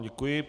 Děkuji.